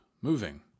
moving